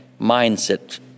mindset